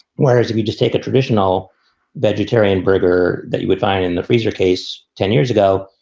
whereas if you just take a traditional vegetarian burger that you would find in the freezer case ten years ago,